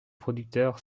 producteur